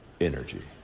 energy